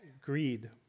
greed